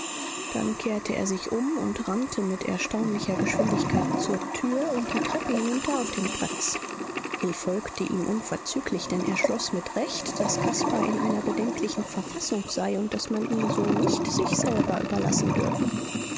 dann kehrte er sich um und rannte mit erstaunlicher geschwindigkeit zur tür und die treppe hinunter auf den platz hill folgte ihm unverzüglich denn er schloß mit recht daß caspar in einer bedenklichen verfassung sei und daß man ihn so nicht sich selber überlassen dürfe